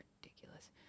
ridiculous